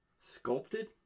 sculpted